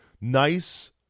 nice